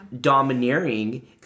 domineering